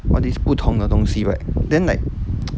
all this 不同的东西 right then like